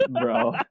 Bro